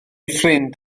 ffrind